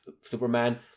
Superman